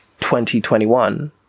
2021